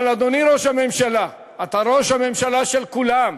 אבל, אדוני ראש הממשלה, אתה ראש הממשלה של כולם,